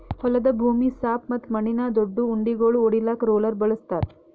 ಹೊಲದ ಭೂಮಿ ಸಾಪ್ ಮತ್ತ ಮಣ್ಣಿನ ದೊಡ್ಡು ಉಂಡಿಗೋಳು ಒಡಿಲಾಕ್ ರೋಲರ್ ಬಳಸ್ತಾರ್